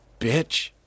bitch